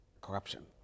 corruption